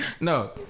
No